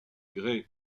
grès